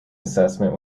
assessment